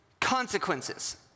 consequences